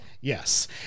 yes